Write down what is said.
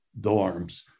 dorms